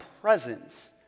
presence